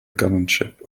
governorship